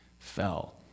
Fell